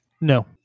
No